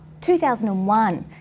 2001